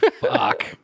Fuck